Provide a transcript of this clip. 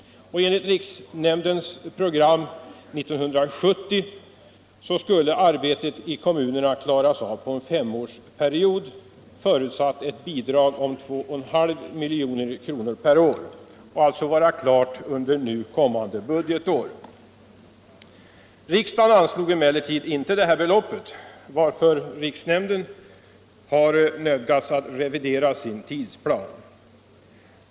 Enligt riksnämndens program 1970 skulle arbetet i kommunerna klaras av under en femårsperiod, förutsatt att ett bidrag på 2,5 miljoner per år utgick, och alltså vara klart under budgetåret 1975/76. Riksdagen anslog emellertid inte det här beloppet, varför riksnämnden har nödgats revidera sin tidsplan.